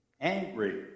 angry